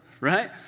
right